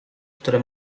które